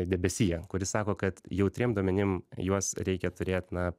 debesija kuri sako kad jautriem duomenim juos reikia turėt na